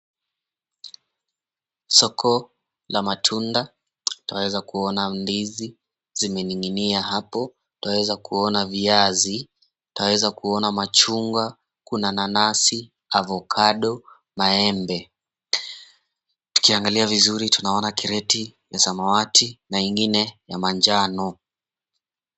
Soko la matunda, twaweza kuona ndizi zimening'inia hapo, twaweza kuona viazi, twaweza kuona machungwa, kuna nanasi, avocado , maembe. Tukiangalia vizuri tunaona kreti ya samawati na ingine ya manjano.